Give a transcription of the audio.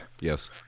yes